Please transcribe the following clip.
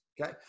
okay